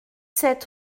sept